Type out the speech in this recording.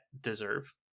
deserve